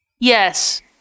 Yes